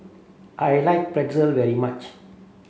I like Pretzel very much